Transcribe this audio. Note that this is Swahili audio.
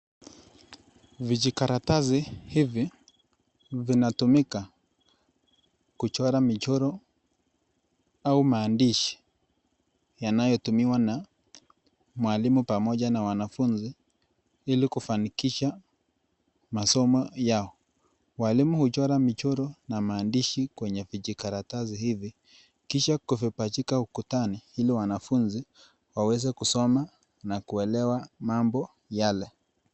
Vijikatarasi hivi vinatumika kuchora michoro au maandishi yanayotumiwa na mwalimu pamoja na wanafunzi ili kufanikisha masomo yao. Walimu huchora michoro na maandishi kwenye vijikatarasi hivi kisha kuvipachika ukutani ili wanafunzi waweze kusoma na kuelewa mambo yale.